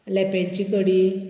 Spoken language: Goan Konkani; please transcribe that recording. लेप्यांची कडी